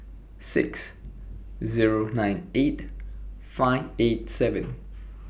six Zero nine eight five eight seven